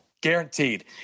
Guaranteed